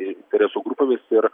interesų grupėmis ir